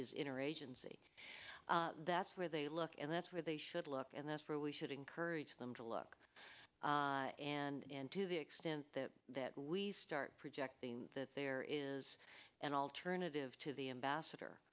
is inner agency that's where they look and that's where they should look and that's where we should encourage them to look and to the extent that we start projecting that there is an alternative to the ambassador